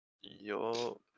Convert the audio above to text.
Yo